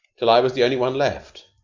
till i was the only one left.